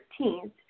13th